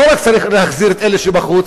לא רק צריך להחזיר את אלה שבחוץ,